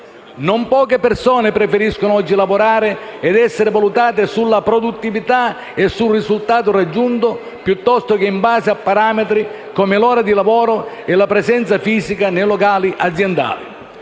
Non poche persone preferiscono oggi lavorare ed essere valutate sulla produttività e sul risultato raggiunto piuttosto che in base a parametri come l'ora di lavoro e la presenza fisica nei locali aziendali.